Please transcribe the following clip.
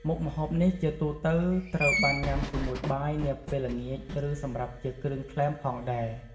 មុខម្ហូបនេះ ជាទូទៅត្រូវបានញ៉ាំជាមួយបាយនាពេលល្ងាចឬសម្រាប់ជាគ្រឿងក្លែមផងដែរ។